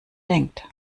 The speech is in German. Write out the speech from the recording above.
denkt